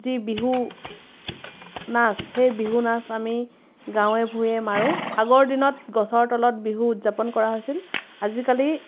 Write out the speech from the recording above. যি বিহু নাচ সেই বিহু নাচ আমি গাঁৱে ভূঞে মাৰোঁ আগৰ দিনত গছৰ তলত বিহু উদযাপন কৰা হৈছিল আজিকালি